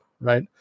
right